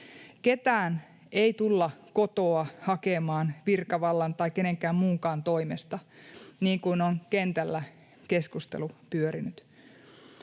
Ketään ei tulla kotoa hakemaan virkavallan tai kenenkään muunkaan toimesta, niin kuin on kentällä keskustelu pyörinyt.